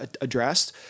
addressed